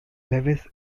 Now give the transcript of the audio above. lewis